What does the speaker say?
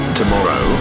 tomorrow